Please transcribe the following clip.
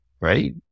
right